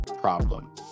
problem